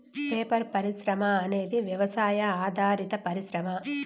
paper పరిశ్రమ అనేది వ్యవసాయ ఆధారిత పరిశ్రమ